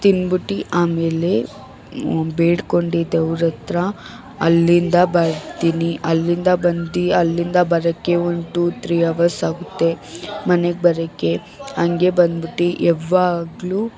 ತಿಂದ್ಬಿಟ್ಟು ಆಮೇಲೆ ಬೇಡ್ಕೊಂಡು ದೇವ್ರತ್ರ ಅಲ್ಲಿಂದ ಬರ್ತಿನಿ ಅಲ್ಲಿಂದ ಬಂದು ಅಲ್ಲಿಂದ ಬರೋಕ್ಕೆ ಒಂದು ಟೂ ತ್ರೀ ಅವರ್ಸಾಗುತ್ತೆ ಮನೆಗೆ ಬರೋಕ್ಕೆ ಹಾಗೆ ಬಂದ್ಬಿಟ್ಟು ಯಾವಾಗಲು